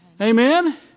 Amen